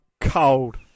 cold